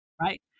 Right